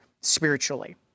spiritually